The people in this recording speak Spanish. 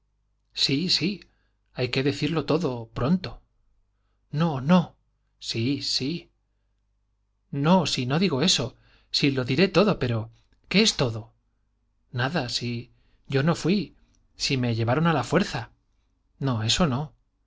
sí sí hay que decirlo todo pronto no no sí sí no si no digo eso si lo diré todo pero qué es todo nada si yo no fuí si me llevaron a la fuerza no eso no